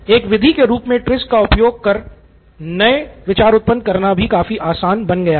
एक विधि के रूप में TRIZ का उपयोग कर नए विचार उत्पन्न करना भी काफी आसान बन गया है